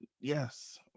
yes